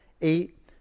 eight